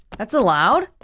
that's allowed?